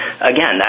Again